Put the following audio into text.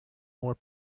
more